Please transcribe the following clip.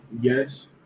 Yes